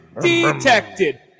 detected